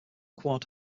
quad